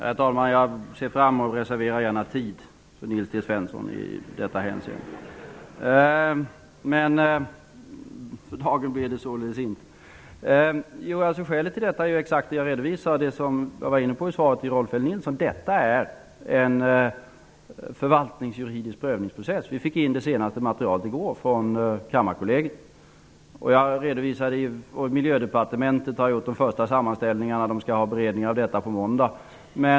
Herr talman! Jag reserverar gärna tid för Nils T Svensson i detta hänseende. För dagen blir det således inte. Skälet till detta är exakt det jag redovisar. Jag var inne på det i svaret till Rolf L Nilson. Det är en förvaltningsjuridisk prövningsprocess. Vi fick in det senaste materialet i går från Kammarkollegiet. Miljödepartementet har gjort de första sammanställningarna. Man skall ha beredning av ärendet på måndag.